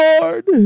Lord